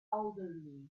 elderly